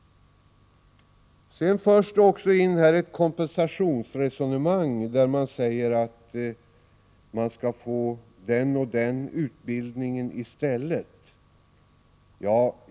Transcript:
Man för också ett kompensationsresonemang om att man skall få den och den utbildningen i stället.